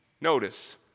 Notice